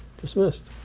dismissed